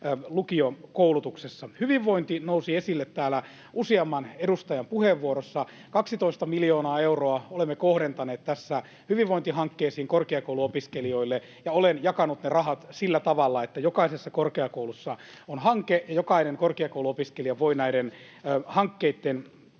lukiokoulutuksessa. Hyvinvointi nousi esille täällä useamman edustajan puheenvuorossa. 12 miljoonaa euroa olemme kohdentaneet tässä hyvinvointihankkeisiin korkeakouluopiskelijoille, ja olen jakanut ne rahat sillä tavalla, että jokaisessa korkeakoulussa on hanke ja jokainen korkeakouluopiskelija voi näiden hankkeitten